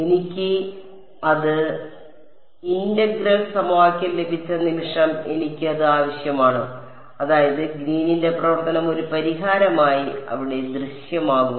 എനിക്ക് അത് ഇന്റഗ്രൽ സമവാക്യം ലഭിച്ച നിമിഷം എനിക്ക് അത് ആവശ്യമാണ് അതായത് ഗ്രീനിന്റെ പ്രവർത്തനം ഒരു പരിഹാരമായി അവിടെ ദൃശ്യമാകും